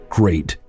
great